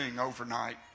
overnight